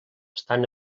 estan